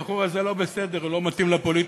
הבחור הזה לא בסדר, הוא לא מתאים לפוליטיקה.